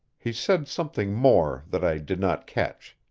he said something more that i did not catch,